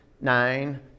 nine